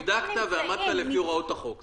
נבדקת ועמדת לפי הוראות החוק, זהו.